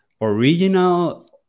original